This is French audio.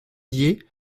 dié